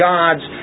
God's